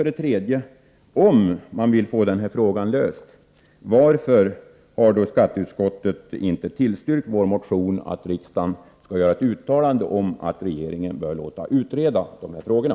Om skatteutskottet vill få problemet löst, varför har skatteutskottet då inte tillstyrkt vårt motionsyrkande att riksdagen skall göra ett uttalande om att regeringen bör låta utreda de här frågorna?